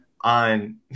on